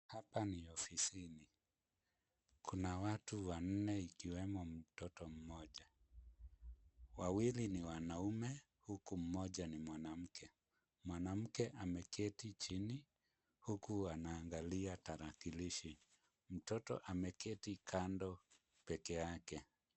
Hapa ni ofisini. Kuna watu wanne ikiwemo mtoto mmoja, wawili ni wanaume huku mmoja ni mwanamke. Mwanamke ameketi chini, huku wanaangalia tarakilishi. Mtoto ameketi kando pekee yake.